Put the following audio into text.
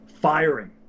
firing